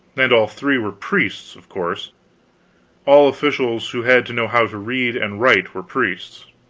and all three were priests, of course all officials who had to know how to read and write were priests.